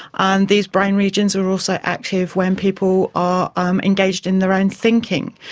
ah and these brain regions are also active when people are um engaged in their own thinking.